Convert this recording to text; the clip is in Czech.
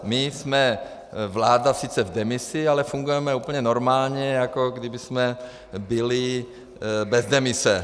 My jsme vláda sice v demisi, ale fungujeme úplně normálně, jako kdybychom byli bez demise.